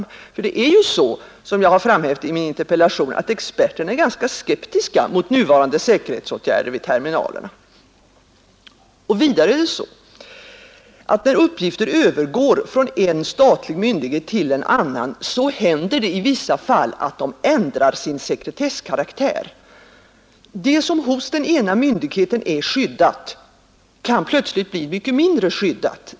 Som jag framhållit i min interpellation är experterna ganska skeptiska mot nuvarande säkerhetsåtgärder vid ternunalerna. Vidare är det sa, att når uppgifter gar över fran en statlig myndighet till en annan. händer det i vissa fall att de ändrar sin sekretesskaraktär. Det som hos den ena myndigheten är skyddat. kan plötsligt bli mycket mindre skyddat.